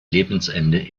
lebensende